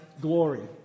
Glory